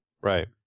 Right